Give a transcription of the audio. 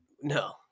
no